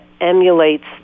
emulates